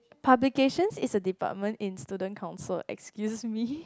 publication is a department in student council excuse me